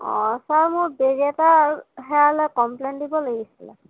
অঁ ছাৰ মোৰ বেগ এটা হেৰালে কম্পলেন দিব লাগিছিলে